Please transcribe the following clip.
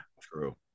true